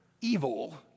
evil